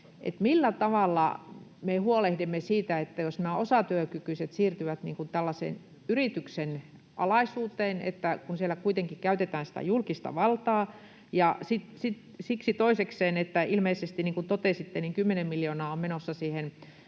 millä tavalla me huolehdimme siitä, jos nämä osatyökykyiset siirtyvät tällaisen yrityksen alaisuuteen, kun siellä kuitenkin käytetään sitä julkista valtaa ja siksi toisekseen ilmeisesti, niin kuin totesitte, 10 miljoonaa on menossa siihen